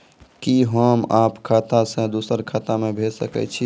कि होम आप खाता सं दूसर खाता मे भेज सकै छी?